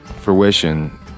fruition